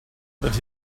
that